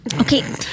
Okay